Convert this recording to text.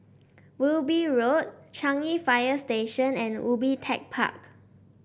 Wilby Road Changi Fire Station and Ubi Tech Park